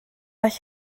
all